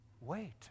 wait